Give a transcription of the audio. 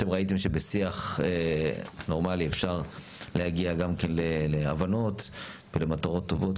אתם ראיתם שבשיח נורמלי אפשר להגיע גם כן להבנות ולמטרות טובות.